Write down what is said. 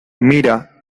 mira